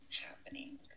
happening